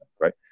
Right